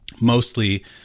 mostly